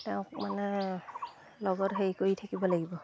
তেওঁক মানে লগত হেৰি কৰি থাকিব লাগিব